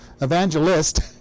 evangelist